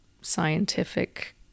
scientific